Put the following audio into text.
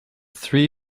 three